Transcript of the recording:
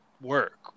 work